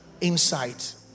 insight